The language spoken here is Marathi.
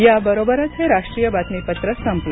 याबरोबरच हे राष्ट्रीय बातमीपत्र संपलं